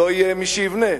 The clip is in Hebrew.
לא יהיה מי שיבנה.